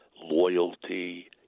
loyalty